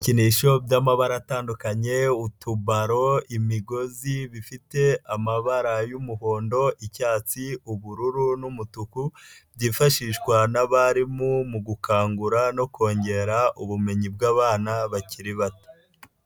Ibikinisho by'amabara atandukanye, utubaro, imigozi, bifite amabara: y'umuhondo, icyatsi, ubururu n'umutuku, byifashishwa n'abarimu mu gukangura no kongera ubumenyi bw'abana bakiri bato.